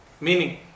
Meaning